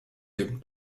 him